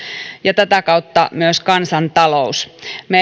ja tätä kautta myös kansantalous me